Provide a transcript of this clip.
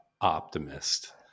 optimist